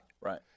Right